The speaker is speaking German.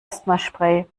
asthmaspray